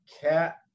cat